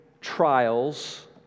trials